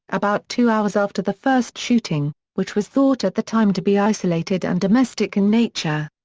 about two hours after the first shooting, which was thought at the time to be isolated and domestic in nature.